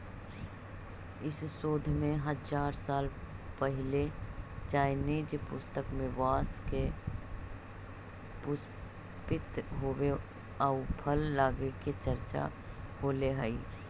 इस शोध में हजार साल पहिले चाइनीज पुस्तक में बाँस के पुष्पित होवे आउ फल लगे के चर्चा होले हइ